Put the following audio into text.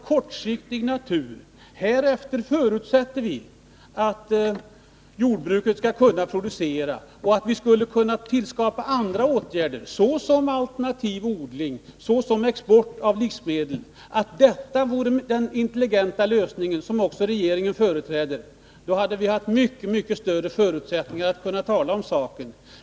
Om det hade stått att man härefter förutsätter att jordbruket skall kunna producera och att man skall kunna tillskapa andra åtgärder, såsom alternativ odling och export av livsmedel, och att detta vore den intelligenta lösningen, som också regeringen företräder, hade vi haft mycket större förutsättningar att kunna tala om saken.